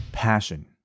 passion